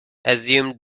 assumed